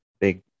Big